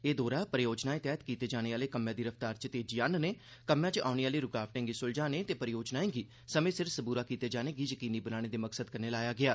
एह् दौरा परियोजनाएं तैह्त कीते जाने आले कम्में दी रफ्तार च तेजी आन्नने एह्दे कम्मै च ओने आली रूकावटें गी सुलझाने ते परियोजनाएं गी समें सिर सबूरा कीते जाने गी जकीनी बनाने दे मकसद कन्नै लाया गेआ